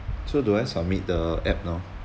so do I submit the app now